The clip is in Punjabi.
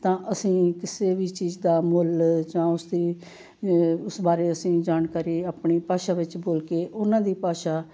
ਤਾਂ ਅਸੀਂ ਕਿਸੇ ਵੀ ਚੀਜ਼ ਦਾ ਮੁੱਲ ਜਾਂ ਉਸਦੇ ਉਸ ਬਾਰੇ ਅਸੀਂ ਜਾਣਕਾਰੀ ਆਪਣੀ ਭਾਸ਼ਾ ਵਿੱਚ ਬੋਲ ਕੇ ਉਹਨਾਂ ਦੀ ਭਾਸ਼ਾ